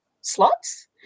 slots